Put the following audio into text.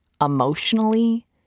emotionally